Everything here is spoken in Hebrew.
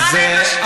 וקראה להם משת"פים.